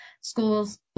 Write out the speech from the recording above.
Schools